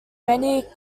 many